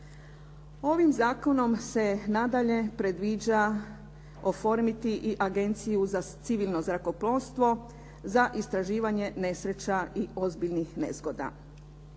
Ovim zakonom se nadalje predviđa oformiti i agenciju za civilno zrakoplovstvo za istraživanje nesreća i ozbiljnih nezgoda.